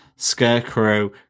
Scarecrow